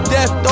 Death